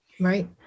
Right